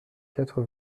quatre